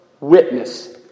witness